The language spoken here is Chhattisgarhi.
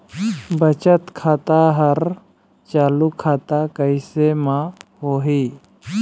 बचत खाता हर चालू खाता कैसे म होही?